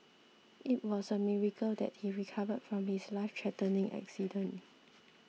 it was a miracle that he recovered from his lifethreatening accident